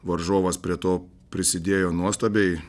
varžovas prie to prisidėjo nuostabiai